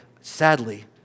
Sadly